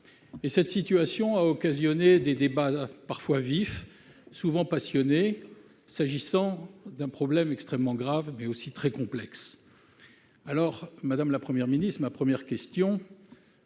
Cette situation a occasionné des débats parfois vifs, souvent passionnés, s'agissant d'un problème extrêmement grave, mais aussi très complexe. Ma première question